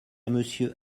monsieur